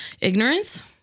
Ignorance